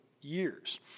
years